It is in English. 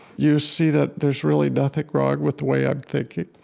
you see that there's really nothing wrong with the way i'm thinking.